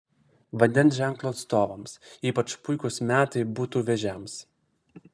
vandens ženklo atstovams ypač puikūs metai būtų vėžiams